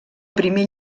primer